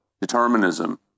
determinism